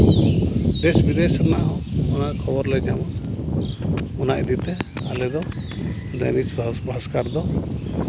ᱫᱮᱥᱼᱵᱤᱫᱮᱥ ᱨᱮᱱᱟᱜ ᱦᱚᱸ ᱚᱱᱟ ᱠᱷᱚᱵᱚᱨ ᱞᱮ ᱧᱟᱢᱟ ᱚᱱᱟ ᱤᱫᱤ ᱛᱮ ᱟᱞᱮ ᱫᱚ ᱫᱮᱦᱤᱠ ᱯᱨᱚᱵᱷᱟᱥ ᱥᱩᱵᱷᱟᱠᱚᱨ ᱫᱚ